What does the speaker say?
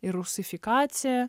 ir rusifikacija